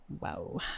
wow